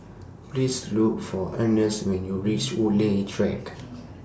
Please Look For Ernest when YOU REACH Woodleigh Track